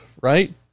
right